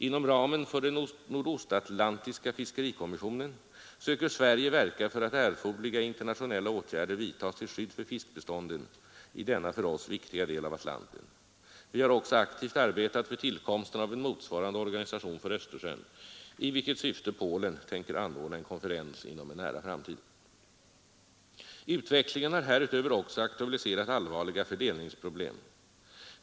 Inom ramen för den nordostatlantiska fiskerikommissionen söker Sverige verka för att erforderliga internationella åtgärder vidtas till skydd för fiskbestånden i denna för oss viktiga del av Atlanten. Vi har också aktivt arbetat för tillkomsten av en motsvarande organisation för Östersjön, i vilket syfte Polen tänker anordna en konferens inom en nära framtid. Utvecklingen har härutöver också aktualiserat allvarliga fördelningsproblem.